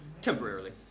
temporarily